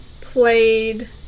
played